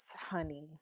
honey